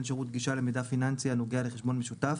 שירות גישה למידע פיננסי הנוגע לחשבון משותף